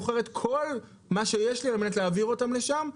הייתי מוכר את כל מה שיש לי על מנת להעביר אותם משם,